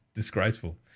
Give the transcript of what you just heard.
disgraceful